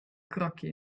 kroki